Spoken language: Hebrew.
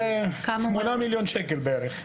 8,000,000 שקלים בערך.